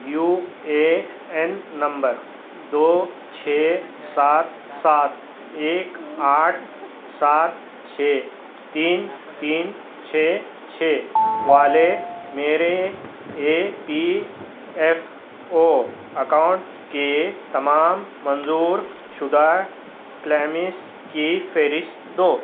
you A N number دو چھ سات سات ایک آٹھ سات چھ تین تین چھ چھ والے میرے E P F O account کے تمام منظور شُدہ کلیمس کی فہرست دو